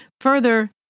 Further